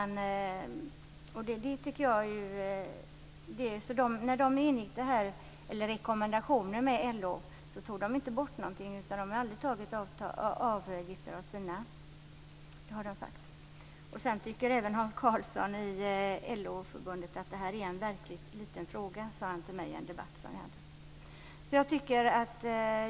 När Transport enades om rekommendationen med LO tog man inte bort något, för man har aldrig tagit ut några avgifter från sina medlemmar. Vidare tycker Hans Karlsson i LO att detta är en verkligt liten fråga. Det sade han till mig i en debatt som vi hade.